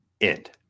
end